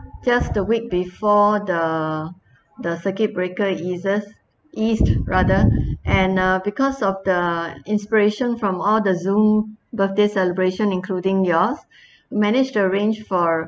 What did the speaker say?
just the week before the the circuit breaker eases ease rather and uh because of the inspiration from all the zoom birthday celebration including yours managed to arrange for